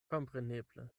kompreneble